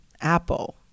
Apple